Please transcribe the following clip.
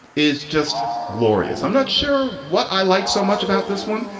is just glorious. i'm not sure what i like. so much about this one.